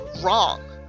wrong